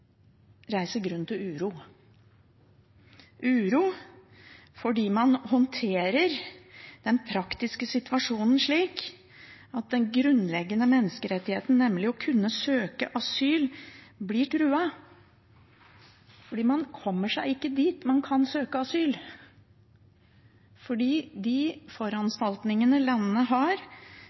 grunn til uro, uro fordi man håndterer den praktiske situasjonen slik at den grunnleggende menneskerettigheten, nemlig å kunne søke asyl, blir truet fordi man ikke kommer seg dit man kan søke asyl, fordi de foranstaltningene landene har